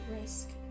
risk